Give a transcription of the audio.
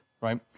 right